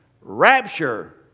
Rapture